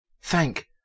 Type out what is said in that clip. Thank